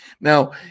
now